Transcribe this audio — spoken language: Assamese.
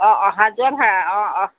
অ অহা যোৱা ভাড়া অ